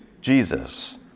Jesus